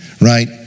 right